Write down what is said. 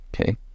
Okay